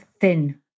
thin